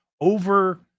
over